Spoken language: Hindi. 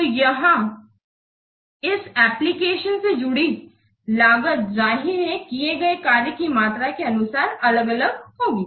तो यहां इस एप्लिकेशन से जुड़ी लागत जाहिर है यह किए गए कार्य की मात्रा के अनुसार अलग अलग होगी